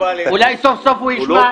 אולי סוף סוף הוא ישמע דעה אחרת.